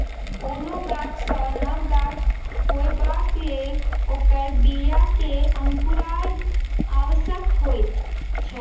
कोनो गाछ सॅ नव गाछ होयबाक लेल ओकर बीया के अंकुरायब आवश्यक होइत छै